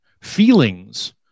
Feelings